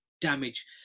damage